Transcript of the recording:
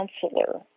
counselor